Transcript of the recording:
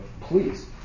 Please